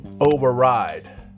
override